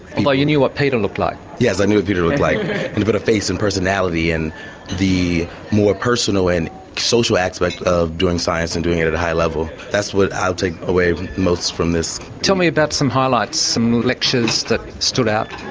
you knew what peter looked like! yes, i knew what peter looked like. and to put a face and personality and the more personal and social aspect of doing science and doing it at a high level, that's what i'll take away most from this. tell me about some highlights, some lectures that stood out.